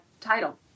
title